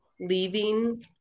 leaving